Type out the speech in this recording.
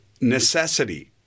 necessity